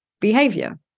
behavior